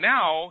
Now